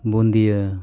ᱵᱩᱫᱤᱭᱟᱹ